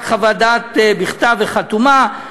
רק חוות דעת בכתב וחתומה,